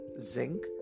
zinc